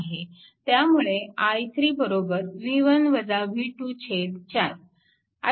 त्यामुळे i3 4